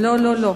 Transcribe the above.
לא,